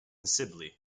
sibley